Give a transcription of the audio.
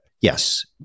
yes